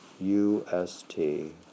U-S-T